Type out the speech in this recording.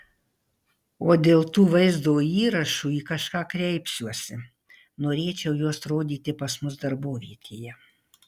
o dėl tų vaizdo įrašų į kažką kreipsiuosi norėčiau juos rodyti pas mus darbovietėje